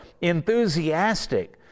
Enthusiastic